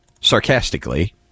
sarcastically